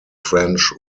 french